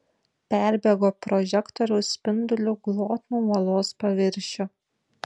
perbėgo prožektoriaus spinduliu glotnų uolos paviršių